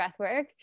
breathwork